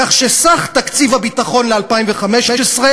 כך שסך תקציב הביטחון ל-2015,